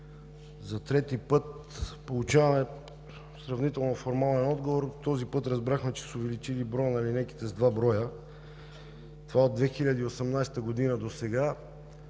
За трети път получаваме сравнително формален отговор, като този път разбрахме, че са увеличили броя на линейките с два броя. Това е от 2018 г. досега.